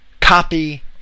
copy